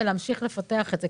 ולהמשיך לפתח את זה,